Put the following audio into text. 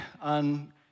on